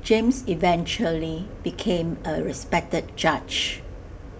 James eventually became A respected judge